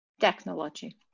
Technology